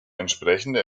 entsprechende